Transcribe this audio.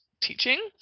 teaching